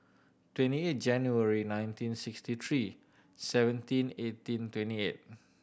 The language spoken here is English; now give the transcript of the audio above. twenty eight January nineteen sixty three seventeen eighteen twenty eight